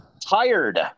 Tired